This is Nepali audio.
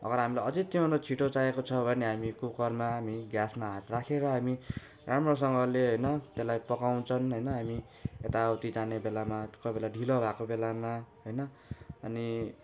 अगर हामीले अझै त्यहाँ भन्दा छिटो चाहिएको छ भने हामी कुकरमा हामी ग्यासमा हात राखेर अनि राम्रोसँगले होइन त्यसलाई पकाउँछन् होइन अनि यताउति जाने बेलामा कोही बेला ढिलो भएको बेलामा होइन अनि